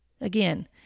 Again